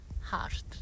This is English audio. heart